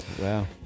Wow